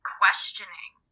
questioning